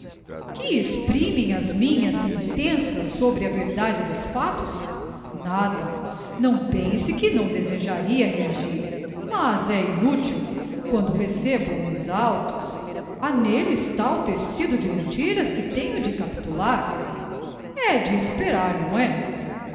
que exprimem as minhas sentenças sobre a verdade dos factos nada não pense que não desejaria reagir mas é inútil quando recebo uns autos ha n'elles tal tecido de mentiras que tenho de capitular e de desesperar não é